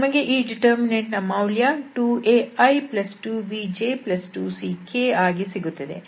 ನಮಗೆ ಈ ಡಿಟರ್ಮಿನಂಟ್ನ ಮೌಲ್ಯ2ai2bj2ck ಆಗಿ ಸಿಗುತ್ತದೆ